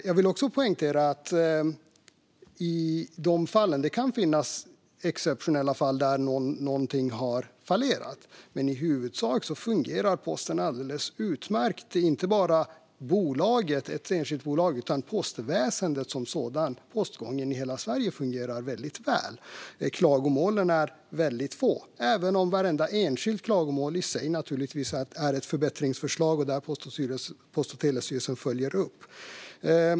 Jag vill också poängtera att det kan finnas exceptionella fall där någonting har fallerat, men i huvudsak fungerar posten alldeles utmärkt. Inte bara ett enskilt bolag utan postväsendet som sådant, postgången i hela Sverige, fungerar väl. Klagomålen är få, även om vartenda enskilt klagomål i sig är ett förbättringsförslag som Post och telestyrelsen följer upp.